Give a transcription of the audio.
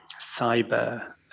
cyber